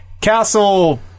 Castle